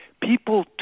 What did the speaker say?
People